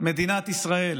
מדינת ישראל,